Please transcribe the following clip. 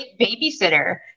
babysitter